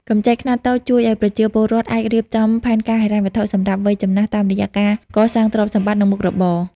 កម្ចីខ្នាតតូចជួយឱ្យប្រជាពលរដ្ឋអាចរៀបចំផែនការហិរញ្ញវត្ថុសម្រាប់វ័យចំណាស់ តាមរយៈការកសាងទ្រព្យសម្បត្តិ និងមុខរបរ។